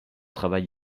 travail